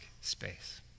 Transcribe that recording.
space